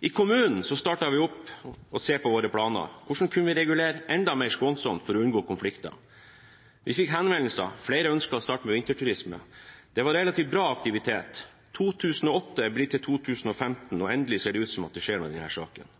I kommunen startet vi opp med å se på våre planer. Hvordan kunne vi regulere enda mer skånsomt for å unngå konflikter? Vi fikk henvendelser – flere ønsket å starte med vinterturisme. Det var relativt bra aktivitet. 2008 er blitt til 2015, og endelig ser det ut til at det skjer noe i denne saken.